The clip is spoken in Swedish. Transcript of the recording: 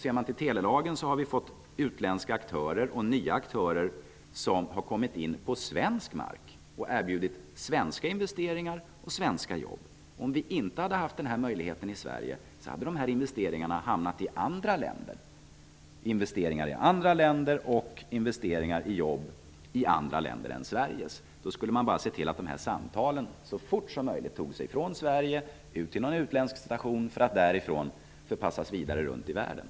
På telemorådet har nya och utländska aktörer kommit in på svensk mark och erbjudit svenska investeringar och svenska jobb. Om vi inte hade haft denna möjlighet i Sverige hade investeringarna och jobben hamnat i andra länder. Då skulle företagen ha sett till att samtalen så fort som möjligt flyttades från Sverige till någon utländsk station för att därifrån förpassas vidare runt i världen.